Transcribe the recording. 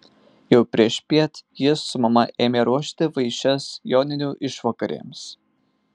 jau priešpiet ji su mama ėmė ruošti vaišes joninių išvakarėms